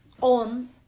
on